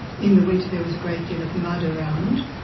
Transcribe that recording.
in the winter there was a great deal of mud around.